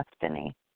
destiny